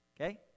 Okay